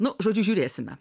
nu žodžiu žiūrėsime